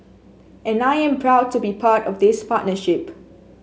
and I am proud to be part of this partnership